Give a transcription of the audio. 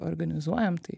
organizuojam tai